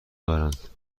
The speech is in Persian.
دارند